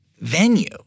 venue